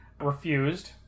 refused